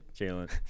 Jalen